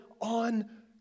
on